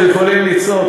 אתם יכולים לצעוק,